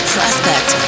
Prospect